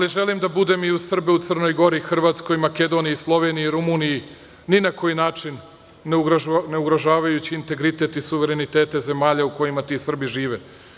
Ali želim da budem i uz Srbe u Crnoj Gori, Hrvatskoj, Makedoniji, Sloveniji, Rumuniji, ni na koji način ne ugrožavajući integritet i suverenitete zemalja u kojima ti Srbi žive.